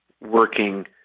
working